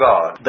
God